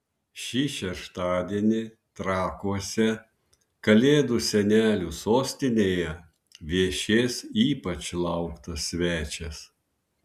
šį šeštadienį trakuose kalėdų senelių sostinėje viešės ypač lauktas svečias